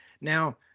Now